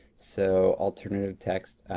so, alternative text,